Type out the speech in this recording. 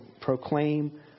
proclaim